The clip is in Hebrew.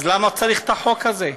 אז למה צריך את החוק הזה?